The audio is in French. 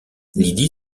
lydie